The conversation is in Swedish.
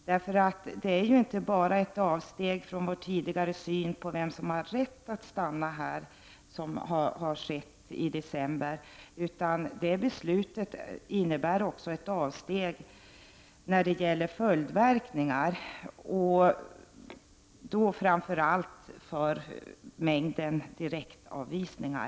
Det som har hänt under december är inte bara ett avsteg från vår tidigare syn på vem som har rätt att stanna i Sverige, utan beslutet innebär också ett avsteg när det gäller följdverkningar. Det gäller då framför allt mängden av direktavvisningar.